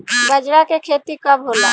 बजरा के खेती कब होला?